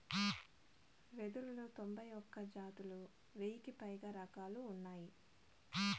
వెదురులో తొంభై ఒక్క జాతులు, వెయ్యికి పైగా రకాలు ఉన్నాయి